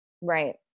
right